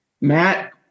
Matt